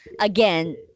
again